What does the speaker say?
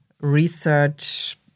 Research